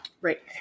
Right